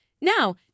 Now